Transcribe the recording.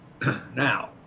now